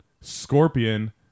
Scorpion